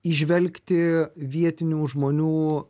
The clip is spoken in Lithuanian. įžvelgti vietinių žmonių